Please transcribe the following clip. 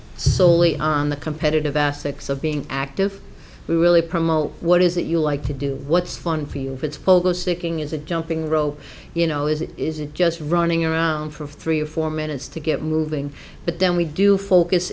solely on the competitive aspects of being active we really promote what is it you like to do what's fun for you if it's focused sticking as a jumping rope you know is it is it just running around for three or four minutes to get moving but then we do focus